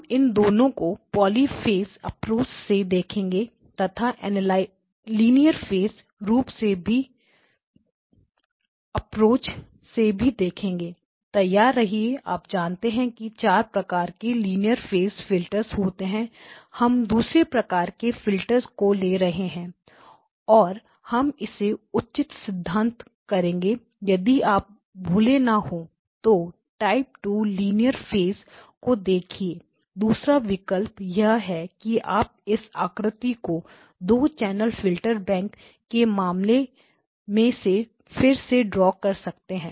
हम इन दोनों को पॉलिफेज एप्रोच से देखेंगे तथा लिनियर फेज रूप से भी फेस एप्रोच से भी देखेंगे तैयार रहिए आप जानते हैं कि चार प्रकार के लीनियर फेज फिल्टर होते हैं और हम दूसरी प्रकार के फिल्टर को ले रहे हैं और हम इसे उचित सिद्ध करेंगे यदि आप भूले ना हो तो टाइप टू लीनियर फेज को देखिए दूसरा विकल्प यह है कि आप इस आकृति को 2 चैनल फिल्टर बैंक के मामले में से फिर से ड्रा कर सकते है